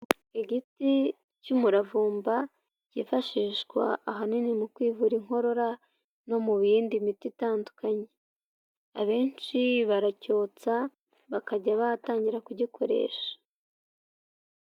Igiti cy'umuravumba yifashishwa ahanini mu kwivura inkorora no mu yindi miti itandukanye abenshi baracyotsa bakajya batangira kugikoresha.